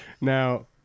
Now